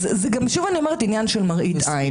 אז שוב אני אומרת, זה עניין של מראית עין.